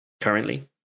currently